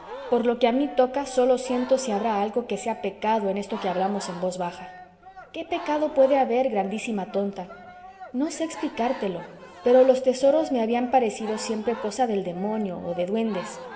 por lo que a mí toca sólo siento si habrá algo que sea pecado en esto que hablamos en voz baja qué pecado puede haber grandísima tonta no sé explicártelo pero los tesoros me habían parecido siempre cosa del demonio o de duendes